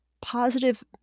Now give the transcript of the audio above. positive